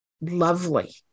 lovely